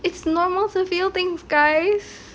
it's normal to feel things guys